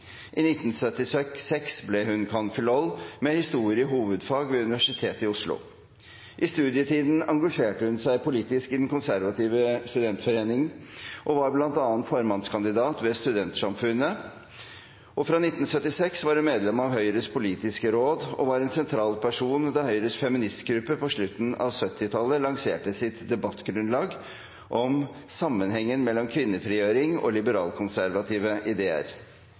i 1967. I 1976 ble hun cand.philol. med historie hovedfag ved Universitetet i Oslo. I studietiden engasjerte hun seg politisk i Den Konservative Studenterforening og var bl.a. formannskandidat til Studentersamfundet. Fra 1976 var hun medlem av Høyres politiske råd og var en sentral person da Høyres feministgruppe på slutten av 1970-tallet lanserte sitt debattgrunnlag om «sammenhengen mellom kvinnefrigjøring og liberal-konservative ideer».